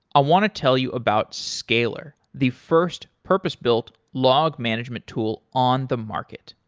i want to tell you about scalyr, the first purpose built log management tool on the market.